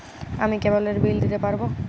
আমি কেবলের বিল দিতে পারবো?